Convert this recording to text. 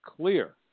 clear